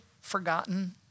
forgotten